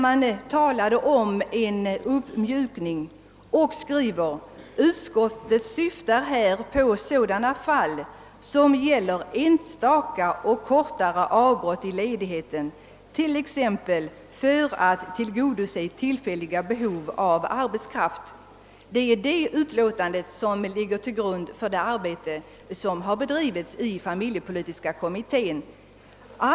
Man talade där om en uppmjukning och skrev: »Utskottet syftar här på sådana fall som gäller enstaka kortare avbrott i ledigheten, t.ex. för att tillgodose tillfälliga behov av arbetskraft.» Det är detta utlåtande som ligger 'till grund för det arbete som bedrivits i familjepolitiska kommittén i den här frågan.